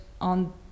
on